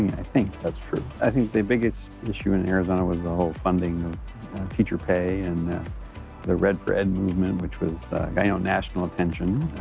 think that's true. i think the biggest issue in arizona was the whole funding of teacher pay and the red for ed movement, which was paid ah national attention.